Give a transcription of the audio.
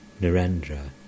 Narendra